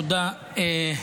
תודה.